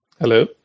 Hello